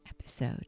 episode